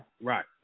right